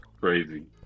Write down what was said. Crazy